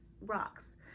rocks